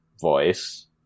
voice